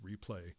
replay